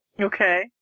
Okay